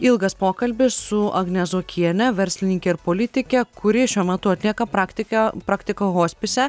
ilgas pokalbis su agne zuokiene verslininke ir politike kuri šiuo metu atlieka praktiką praktiką hospise